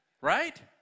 right